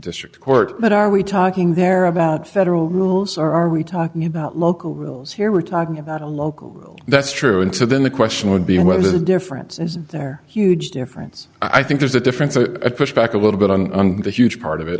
district court but are we talking there about federal rules are we talking about local rules here we're talking about a local that's true and so then the question would be whether the difference is there huge difference i think there's a difference a push back a little bit on the huge part of it